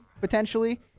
potentially